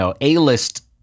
A-list